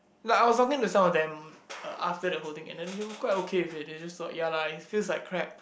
and I was like talking to some of them ask them uh after the whole thing and then they were quite okay with it they just saw ya lah it feels like crap